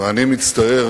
ואני מצטער